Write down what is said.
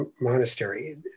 monastery